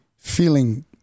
Feeling